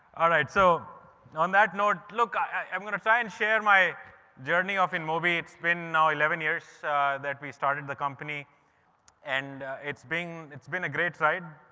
alright, so on that note, look, i'm going to try and share my journey of inmobi. it's been now eleven years that we started the company and it's been it's been a great ride.